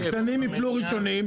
הקטנים ייפלו ראשונים,